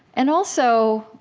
and also,